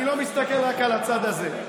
אני לא מסתכל רק על הצד הזה,